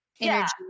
energy